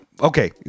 Okay